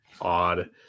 odd